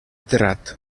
terrat